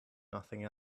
nothing